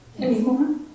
anymore